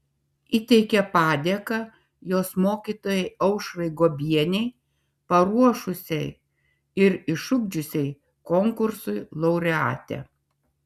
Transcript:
įteikė padėką jos mokytojai aušrai guobienei paruošusiai ir išugdžiusiai konkursui laureatę